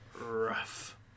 Rough